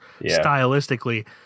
stylistically